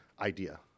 idea